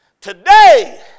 today